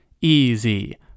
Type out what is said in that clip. easy